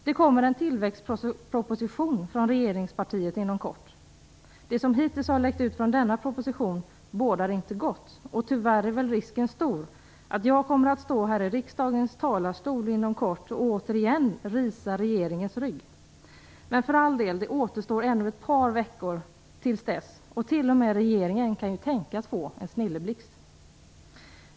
Det kommer en tillväxtproposition från regeringspartiet inom kort. Det som hittills har läckt ut från denna proposition bådar inte gott, och tyvärr är väl risken stor för att jag kommer att stå här i riksdagens talarstol inom kort och återigen risa regeringens rygg. Men det återstår för all del ännu ett par veckor tills dess, och t.o.m. regeringen kan ju tänkas få en snilleblixt.